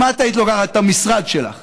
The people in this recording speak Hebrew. אם את היית לוקחת את המשרד שלך